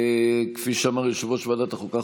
כפי שאמר יושב-ראש ועדת החוקה,